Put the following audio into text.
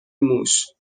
موش